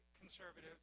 conservative